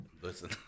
Listen